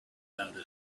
about